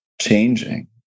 changing